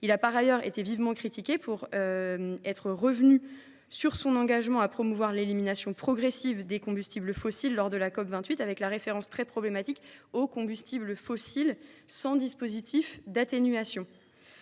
Il a par ailleurs été vivement critiqué pour avoir renoncé à son engagement de promouvoir l’élimination progressive des combustibles fossiles lors de la COP28, avec une référence très problématique aux combustibles fossiles « sans dispositif d’atténuation